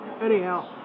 anyhow